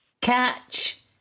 catch